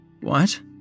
What